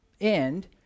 end